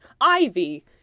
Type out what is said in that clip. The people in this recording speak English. Ivy